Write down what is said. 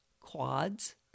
quads